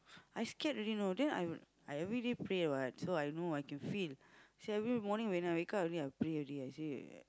I scared already you know then I would I everyday pray what so I know I can feel so every morning when I wake up I pray already I say